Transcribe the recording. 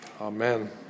Amen